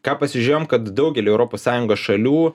ką pasižėjom kad daugeliui europos sąjungos šalių